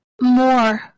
more